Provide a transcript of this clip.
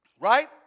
Right